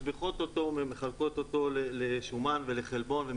משביחות אותו ומחלקות אותו לשומן ולחלבון.